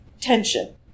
tension